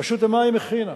רשות המים הכינה,